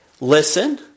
listen